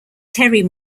terry